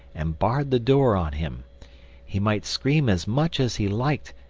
and barred the door on him he might scream as much as he liked,